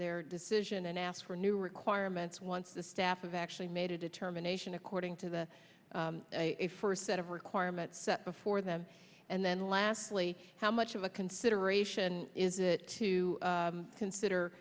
their decision and ask for new requirements once the staff of actually made a determination according to the first set of requirements set before them and then lastly how much of a consideration is it to consider